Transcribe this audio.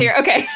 Okay